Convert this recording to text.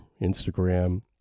Instagram